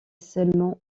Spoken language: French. seulement